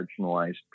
marginalized